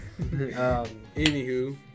Anywho